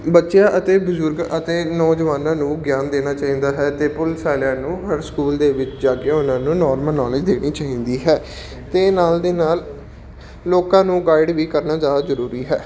ਬੱਚਿਆਂ ਅਤੇ ਬਜ਼ੁਰਗ ਅਤੇ ਨੌਜਵਾਨਾਂ ਨੂੰ ਗਿਆਨ ਦੇਣਾ ਚਾਹੀਦਾ ਹੈ ਅਤੇ ਪੁਲਿਸ ਵਾਲਿਆਂ ਨੂੰ ਹਰ ਸਕੂਲ ਦੇ ਵਿੱਚ ਜਾ ਕੇ ਉਹਨਾਂ ਨੂੰ ਨੌਰਮਲ ਨੌਲੇਜ ਦੇਣੀ ਚਾਹੀਦੀ ਹੈ ਅਤੇ ਨਾਲ ਦੇ ਨਾਲ ਲੋਕਾਂ ਨੂੰ ਗਾਈਡ ਵੀ ਕਰਨਾ ਜ਼ਿਆਦਾ ਜ਼ਰੂਰੀ ਹੈ